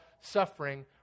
suffering